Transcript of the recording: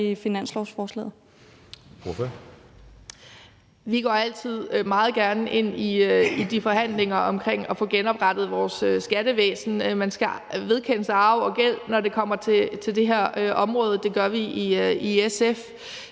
Vi går altid meget gerne ind i de forhandlinger om at få genoprettet vores skattevæsen. Man skal vedkende sig arv og gæld, når det kommer til det her område; det gør vi i SF.